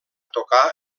tocar